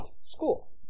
school